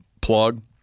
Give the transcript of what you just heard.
plug